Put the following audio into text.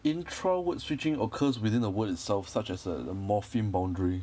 intra word switching occurs within a word itself such as at a morpheme boundary